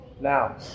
Now